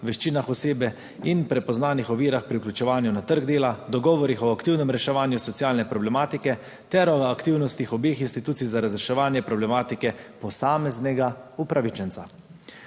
veščinah osebe in prepoznanih ovirah pri vključevanju na trg dela, dogovorih o aktivnem reševanju socialne problematike ter o aktivnostih obeh institucij za razreševanje problematike posameznega upravičenca.